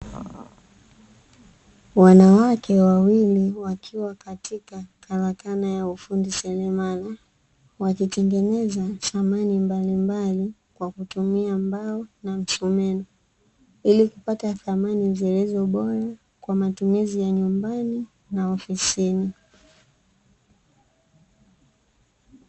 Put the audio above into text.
Wanawake wawili wakiwa katika karakana ya ufundi seremala, wakitengeneza samani mbalimbali, kwa kutumia mbao na msumeno. Ili kupata samani zilizo bora, kwa matumizi ya nyumbani na ofisini.